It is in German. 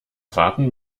warten